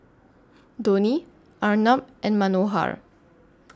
Dhoni Arnab and Manohar